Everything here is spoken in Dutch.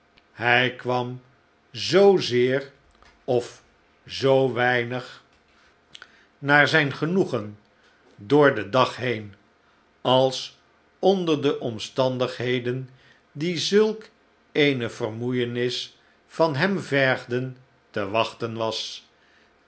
hij kwam zoozeer of zoo weinig naar zijn genoegen door den dag heen als onder de omstandigheden die zulk eene vermoeienis van hem vergden te wachten was